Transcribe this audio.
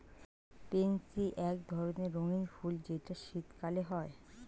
pansy এক ধরণের রঙ্গীন ফুল যেটা শীতকালে হয়